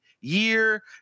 year